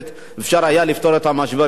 אפשר היה לפתור את המשבר עם טורקיה,